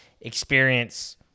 experience